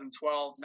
2012